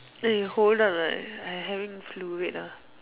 eh hold on ah I having flu wait ah